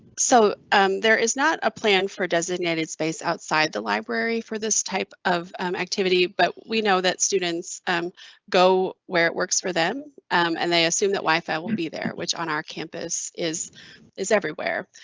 so and there is not a plan for designated space outside the library for this type of activity. but we know that students um go where it works for them. um and they assume that wifi will be there which on our campus is is everywhere.